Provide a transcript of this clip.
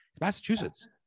massachusetts